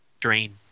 drain